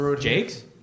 Jake's